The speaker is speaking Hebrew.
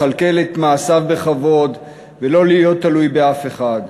לכלכל את מעשיו בכבוד ולא להיות תלוי באף אחד.